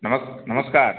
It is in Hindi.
नमस नमस्कार